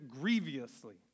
grievously